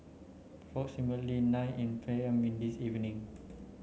nine P M in this evening